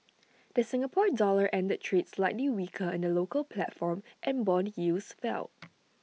the Singapore dollar ended trade slightly weaker in the local platform and Bond yields fell